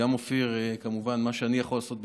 אופיר, כמובן, מה שאני יכול לעשות בתחומי,